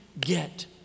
get